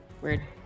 Weird